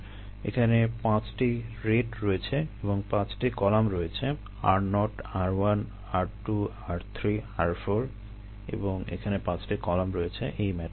এখানে 5 টি রেট রয়েছে এবং 5 টি কলাম রয়েছে r0 r1 r2 r3 r4 এবং এখানে 5টি কলাম রয়েছে এই ম্যাট্রিক্সে